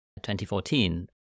2014